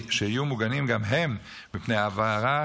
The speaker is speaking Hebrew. יהיו מוגנים גם הם מפני העברה,